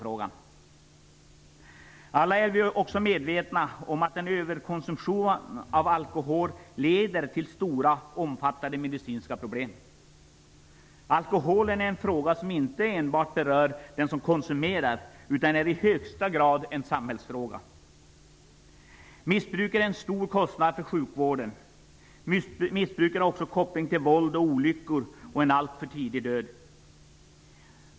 Vi är alla också medvetna om att en överkonsumtion av alkohol leder till omfattande medicinska problem. Alkoholen är en fråga som inte enbart berör den som konsumerar. Den är i högsta grad en samhällsfråga. Missbruket utgör en stor kostnad för sjukvården. Missbruket har också en koppling till våld och olyckor och en alltför tidig död.